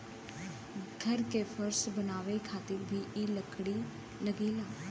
घर के फर्श बनावे खातिर भी इ लकड़ी लगेला